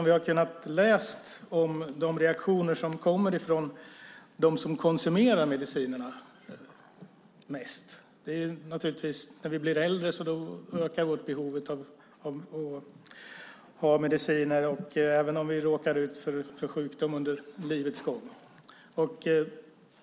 Vi har kunnat läsa om de reaktioner som kommer från dem som konsumerar medicinerna mest. När vi blir äldre ökar vårt behov av mediciner, och även när vi råkar ut för sjukdom under livets gång.